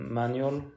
manual